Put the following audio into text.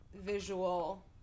visual